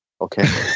okay